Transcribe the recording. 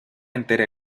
entere